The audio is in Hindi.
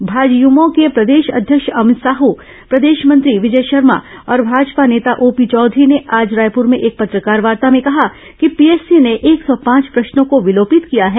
भाजयुमो के प्रदेश अध्यक्ष अभित साहू प्रदेश मंत्री विजय शर्मा और भाजपा नेता ओपी चौधरी ने आज रायपुर में एक पत्रकारवार्ता में कहा कि पीएससी ने एक सौ पांच प्रश्नों को विलोपित किया है